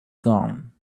gone